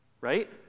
Right